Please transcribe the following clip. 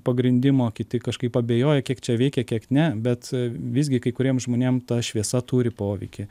pagrindimo kiti kažkaip abejoja kiek čia veikia kiek ne bet visgi kai kuriem žmonėm ta šviesa turi poveikį